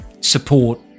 support